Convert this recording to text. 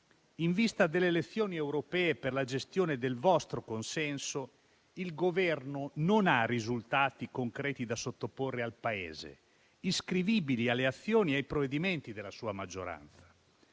In vista delle elezioni europee, per la gestione del vostro consenso, il Governo non ha risultati concreti da sottoporre al Paese iscrivibili alle azioni e ai provvedimenti della sua maggioranza: